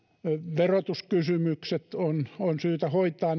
verotuskysymykset on on syytä hoitaa